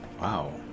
Wow